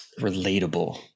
relatable